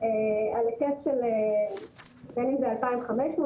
על היקף של בין אם זה 2,500,